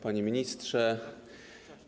Panie Ministrze!